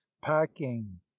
Packing